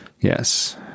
Yes